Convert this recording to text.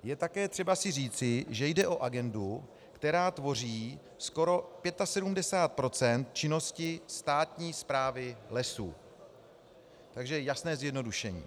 Je také třeba si říci, že jde o agendu, která tvoří skoro 75 % činnosti státní správy lesů, takže jasné zjednodušení.